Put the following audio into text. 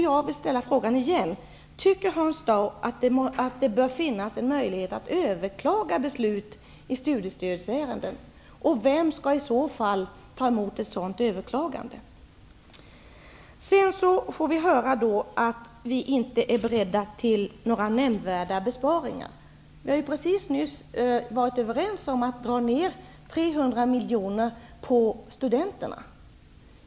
Jag vill ställa frågan igen: Tycker Hans Dau att det bör finnas en möjlighet att överklaga beslut i studiestödsärenden? Vem skall i så fall ta emot ett sådant överklagande? Sedan får vi höra att vi inte är beredda att göra några nämnvärda besparingar. Vi var ju nyss överens om att dra ner 300 miljoner på studenterna.